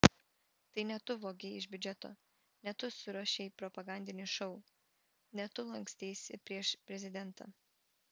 tai ne tu vogei iš biudžeto ne tu suruošei propagandinį šou ne tu lanksteisi prieš prezidentą